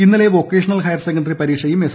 ഇന്നലെ vocational higher secondary പരീക്ഷയും S